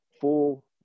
full